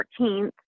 14th